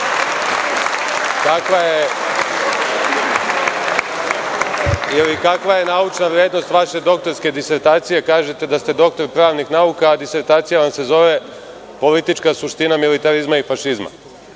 kakva je naučna vrednost vaše doktorske disertacije? Kažete da ste doktor pravnih nauka, a disertacija vam se zove „Politička suština militarizma i fašizma“,